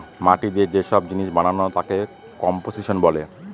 মাটি দিয়ে যে সব জিনিস বানানো তাকে কম্পোসিশন বলে